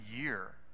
year